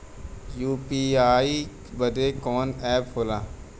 UPI बदे कवन app होला?